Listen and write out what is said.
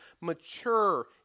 mature